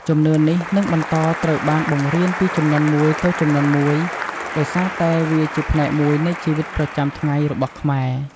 ជំនឿនេះនឹងបន្តត្រូវបានបង្រៀនពីជំនាន់មួយទៅជំនាន់មួយ ដោយសារតែវាជាផ្នែកមួយនៃជីវិតប្រចាំថ្ងៃរបស់ខ្មែរ។